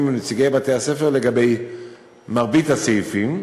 עם נציגי בתי-הספר לגבי מרבית הסעיפים,